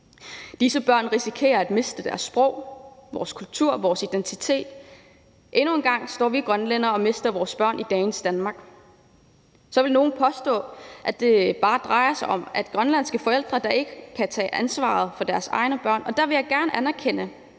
Disse børn risikerer at miste deres sprog, deres kultur, deres identitet. Endnu en gang står vi grønlændere og mister vores børn i dagens Danmark. Så vil nogle påstå, at det bare drejer sig om grønlandske forældre, der ikke kan tage ansvaret for deres egne børn. Og der vil jeg gerne anerkende,